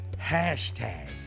Hashtag